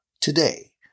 today